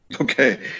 Okay